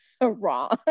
wrong